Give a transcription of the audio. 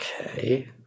okay